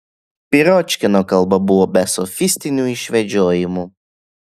piročkino kalba buvo be sofistinių išvedžiojimų